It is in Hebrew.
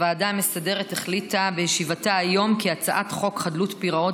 הוועדה המסדרת החליטה בישיבתה היום כי הצעת חוק חדלות פירעון